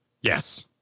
Yes